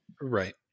Right